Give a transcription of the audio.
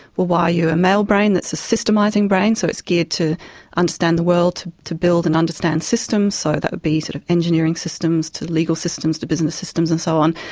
will wire you a male brain, that's a systemising brain so it's geared to understand the world, to to build and understand systems so that would be sort of engineering systems, to legal systems, to business systems and so on.